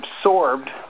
absorbed